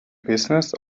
business